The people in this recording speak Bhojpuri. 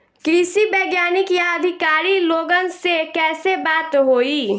कृषि वैज्ञानिक या अधिकारी लोगन से कैसे बात होई?